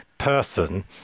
person